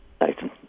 Nathan